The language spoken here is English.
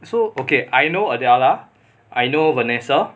so okay I know adela I know vanessa